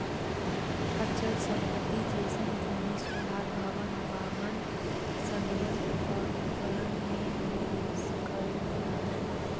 अचल संपत्ति जैसे भूमि सुधार भवन, वाहन, संयंत्र और उपकरण में निवेश कइल जा हइ